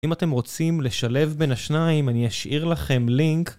אם אתם רוצים לשלב בין השניים אני אשאיר לכם לינק